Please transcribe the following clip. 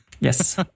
Yes